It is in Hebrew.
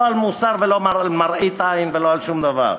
לא על מוסר ולא על מראית עין ולא על שום דבר.